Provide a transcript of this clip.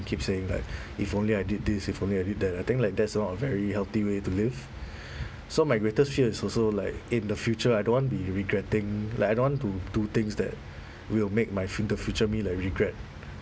keep saying like if only I did this if only I did that I think like that's not a very healthy way to live so my greatest fear is also like in the future I don't wanna be regretting like I don't want to do things that will make my fu~ the future me like regret